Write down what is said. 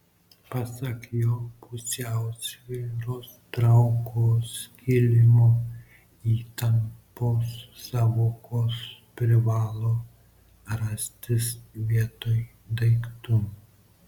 pasak jo pusiausvyros traukos kilimo įtampos sąvokos privalo rastis vietoj daiktų